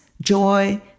joy